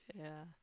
yeah